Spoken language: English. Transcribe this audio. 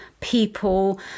people